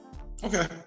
okay